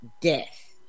death